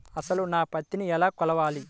అసలు నా పత్తిని ఎలా కొలవాలి?